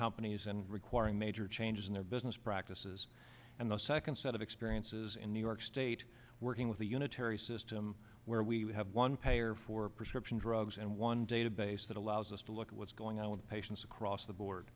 companies and requiring major changes in their business practices and the second set of experiences in new york state working with the unitary system where we have one payer for prescription drugs and one database that allows us to look at what's going on with patients across the board